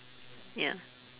ya